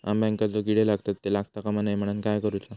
अंब्यांका जो किडे लागतत ते लागता कमा नये म्हनाण काय करूचा?